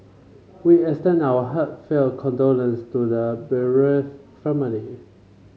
we extend our heartfelt condolences to the bereaved family